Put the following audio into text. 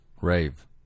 Rave